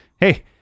hey